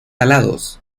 alados